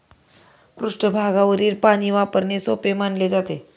पृष्ठभागावरील पाणी वापरणे सोपे मानले जाते